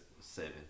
seven